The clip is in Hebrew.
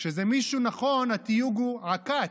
כשזה מישהו נכון, התיוג הוא "עקץ",